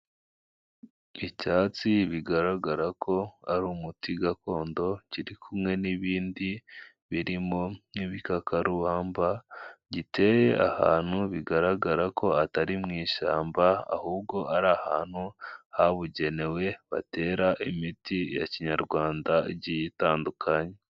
Icyatsi bigaragara ko ari umuti gakondo kiri kumwe n'ibindi; birimo nk'ibikakarubamba giteye ahantu bigaragara ko atari mu ishyamba, ahubwo ari ahantu habugenewe batera imiti ya kinyarwanda igiye itandukanye.